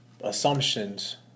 assumptions